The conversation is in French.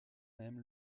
même